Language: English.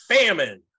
famine